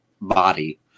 body